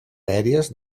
aèries